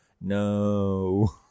No